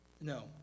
No